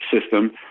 system